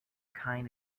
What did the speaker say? kind